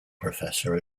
professor